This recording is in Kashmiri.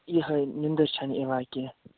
یِہےَ نٮ۪نٛدٕر چھَنہٕ یِوان کیٚنٛہہ